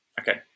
Okay